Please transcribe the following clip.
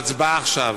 הצבעה עכשיו.